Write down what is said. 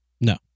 No